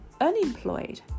unemployed